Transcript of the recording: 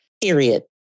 period